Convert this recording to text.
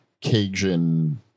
Cajun